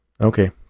Okay